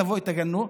תבואו תגנו.